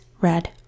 red